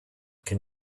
can